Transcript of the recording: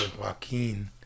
Joaquin